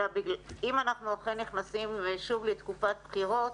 אם אנחנו אכן נכנסים שוב לתקופת בחירות,